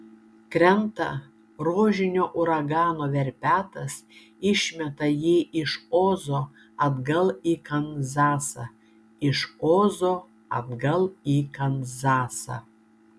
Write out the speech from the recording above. krenta rožinio uragano verpetas išmeta jį iš ozo atgal į kanzasą iš ozo atgal į kanzasą